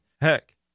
Heck